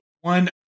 One